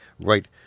right